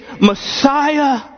Messiah